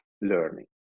learning